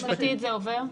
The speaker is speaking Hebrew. משפטית זה עובר?